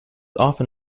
often